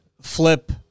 flip